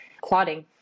clotting